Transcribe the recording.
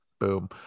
Boom